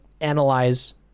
analyze